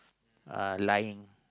uh lying